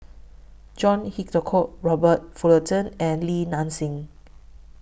John Hitchcock Robert Fullerton and Li Nanxing